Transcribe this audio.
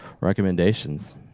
recommendations